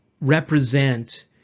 represent